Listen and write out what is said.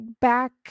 back